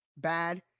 Bad